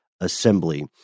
Assembly